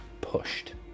pushed